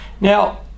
Now